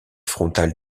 frontale